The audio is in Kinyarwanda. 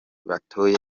batoye